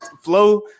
flow